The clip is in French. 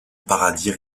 paradis